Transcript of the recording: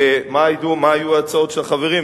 מה היו ההצעות של החברים,